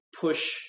push